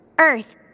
Earth